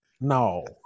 No